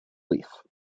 leaf